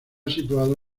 situado